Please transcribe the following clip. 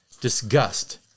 Disgust